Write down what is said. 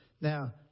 Now